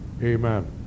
Amen